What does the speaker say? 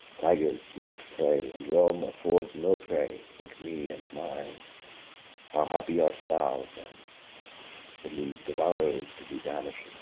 tigers must prey, and rome affords no prey but me and mine how happy art thou then from these devourers to be banished!